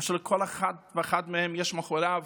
אשר כל אחד ואחד מהם, יש מאחוריו